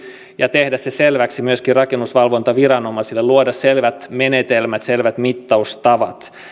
ja tehdä se selväksi myöskin rakennusvalvontaviranomaisille luoda selvät menetelmät selvät mittaustavat